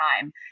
time